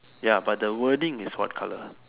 ya but the wording is what color